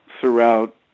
throughout